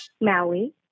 Maui